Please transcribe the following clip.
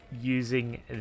using